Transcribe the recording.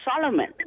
Solomon